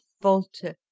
falter